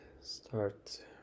start